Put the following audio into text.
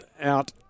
out